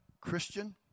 Christian